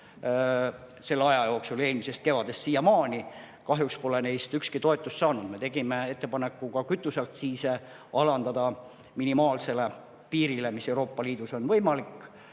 selle aja jooksul, eelmisest kevadest siiamaani. Kahjuks pole neist ükski toetust saanud. Me tegime ka ettepaneku kütuseaktsiise alandada minimaalsele piirile, mis Euroopa Liidus on võimalik,